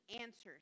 answers